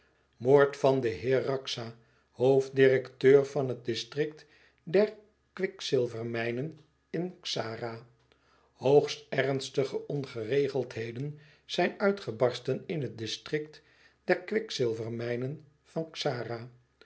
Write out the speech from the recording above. moord van den heer raxa hoofddirekteur van het distrikt der kwikzilvermijnen in xara hoogst ernstige ongeregeldheden zijn uitgebarsten in het distrikt der kwikzilvermijnen van xara